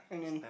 annum